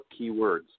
keywords